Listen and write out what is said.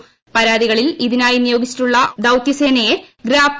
ക്ര പരാതികളിൽ ഇതിനായി നിയോഗിച്ചിട്ടുള്ള ദൌത്യസേനയായി പ്പിച്ചു